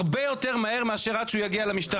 הרבה יותר מהר מאשר עד שהוא יגיע למשטרה,